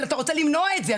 אבל אתה רוצה למנוע את זה,